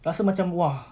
rasa macam !wah!